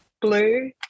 Blue